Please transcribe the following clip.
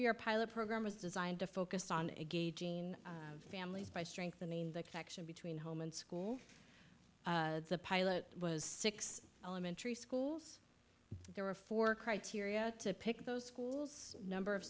year pilot program was designed to focus on a gay gene families by strengthening the connection between home and school the pilot was six elementary schools there were four criteria to pick those schools number of